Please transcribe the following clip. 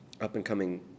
up-and-coming